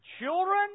children